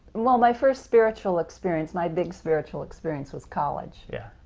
well, my first spiritual experience, my big spiritual experience was college. yeah